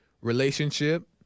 relationship